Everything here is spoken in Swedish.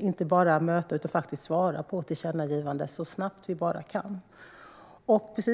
inte bara möta utan faktiskt svara på tillkännagivanden så snabbt vi kan.